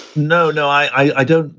no, no, i don't.